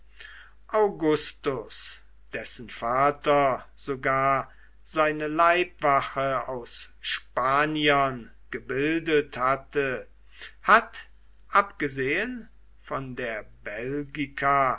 augustus dessen vater sogar seine leibwache aus spaniern gebildet hatte hat abgesehen von der belgica